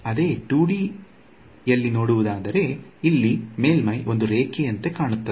ಅದೇ 2D ಯಲ್ಲಿ ನೋಡುವುದಾದರೆ ಅಲ್ಲಿ ಮೇಲ್ಮೈ ಒಂದು ರೇಖೆಯಂತೆ ಕಾಣುತ್ತದೆ